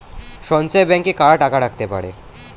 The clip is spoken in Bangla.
সঞ্চয় ব্যাংকে কারা টাকা রাখতে পারে?